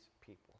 people